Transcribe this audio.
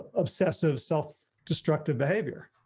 obsessive self destructive behavior?